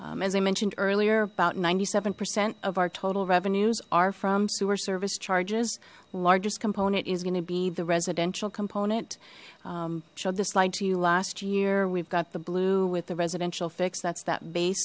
value as i mentioned earlier about ninety seven percent of our total revenues are from sewer service charges largest component is going to be the residential component showed this slide to you last year we've got the blue with the residential fix that's that base